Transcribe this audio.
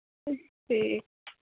ठीक